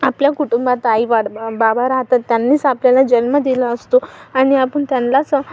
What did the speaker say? आपल्या कुटुंबात आई वाड बाबा राहतात त्यांनीच आपल्याला जन्म दिला असतो आणि आपण त्यांनलाच